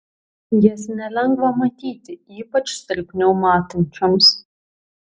jas nelengva matyti ypač silpniau matančioms